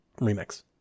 Remix